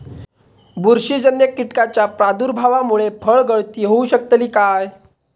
बुरशीजन्य कीटकाच्या प्रादुर्भावामूळे फळगळती होऊ शकतली काय?